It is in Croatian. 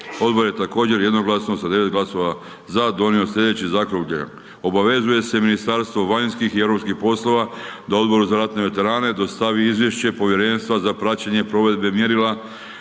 Odbor je također jednoglasno, sa 9 glasova za, donio sljedeći zaključak. Obavezuje se Ministarstvo vanjskih i europskih poslova da Odboru za ratne veterane dostavi izvješće Povjerenstva za praćenje provedbe mjerila